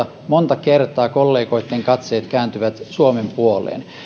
monta kertaa kollegoitten katseet kääntyvät suomen puoleen